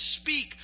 speak